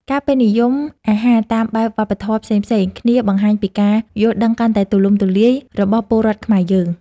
ការពេញនិយមអាហារតាមបែបវប្បធម៌ផ្សេងៗគ្នាបង្ហាញពីការយល់ដឹងកាន់តែទូលំទូលាយរបស់ពលរដ្ឋខ្មែរយើង។